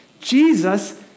Jesus